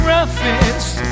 Roughest